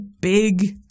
big